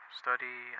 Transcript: study